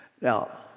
Now